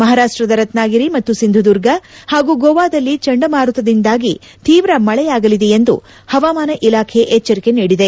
ಮಹಾರಾಷ್ಷದ ರತ್ನಗಿರಿ ಮತ್ತು ಸಿಂಧುದುರ್ಗ ಪಾಗೂ ಗೋವಾದಲ್ಲಿ ಚಂಡಮಾರುತದಿಂದಾಗಿ ತೀವ್ರ ಮಳೆಯಾಗಲಿದೆ ಎಂದು ಪವಾಮಾನ ಇಲಾಖೆ ಎಚ್ನರಿಕೆ ನೀಡಿದೆ